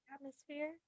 Atmosphere